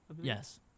Yes